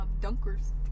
Dunkers